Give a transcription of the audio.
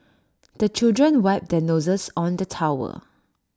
the children wipe their noses on the towel